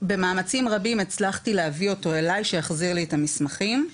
במאמצים רבים הצלחתי להביא אותו אלי שיחזיר לי את המסמכים.